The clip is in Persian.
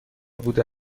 بوده